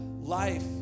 life